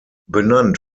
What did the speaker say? benannt